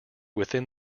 within